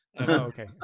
okay